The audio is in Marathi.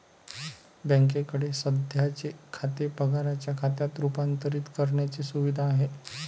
बँकेकडे सध्याचे खाते पगाराच्या खात्यात रूपांतरित करण्याची सुविधा आहे